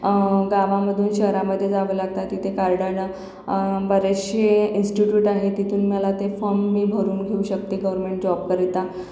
गावामधून शहरामध्ये जावं लागतं तिथे कारडण बरेचसे इंस्टिट्यूट आहे तिथून मला ते फॉर्म मी भरून घेऊ शकते गवर्नमेंट जॉबकरिता